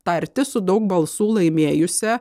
tartis su daug balsų laimėjusia